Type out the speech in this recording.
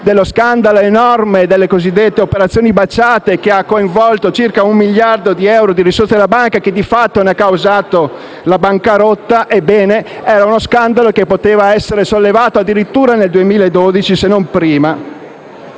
dello scandalo enorme delle cosiddette operazioni baciate che ha coinvolto circa un miliardo di euro di risorse della banca e che, di fatto, ne ha causato la bancarotta. Ebbene, questo era uno scandalo che poteva essere sollevato addirittura nel 2012 se non prima